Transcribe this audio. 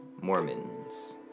Mormons